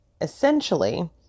essentially